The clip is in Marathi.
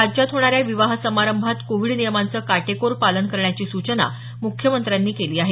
राज्यात होणाऱ्या विवाह समारंभात कोविड नियमांचं काटेकोर पालन करण्याची सूचना म्ख्यमंत्र्यांनी केली आहे